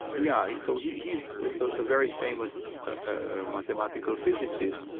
yeah yeah. so he's he's a very famous ah mathematical physicist.